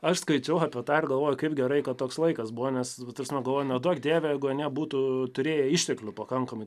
aš skaičiau apie tą ir galvoju kaip gerai kad toks laikas buvo nes ta prasme galvoju neduok dieve ne būtų turėję išteklių pakankamai